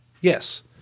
Yes